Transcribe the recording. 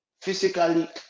Physically